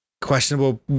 Questionable